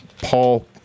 Paul